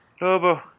Lobo